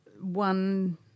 one